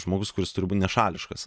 žmogus kuris turi būt nešališkas